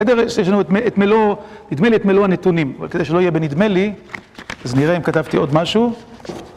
בסדר, שיש לנו את מלוא, מלוא, נדמה לי את מלוא הנתונים, אבל כדי שלא יהיה בנדמה לי, אז נראה אם כתבתי עוד משהו.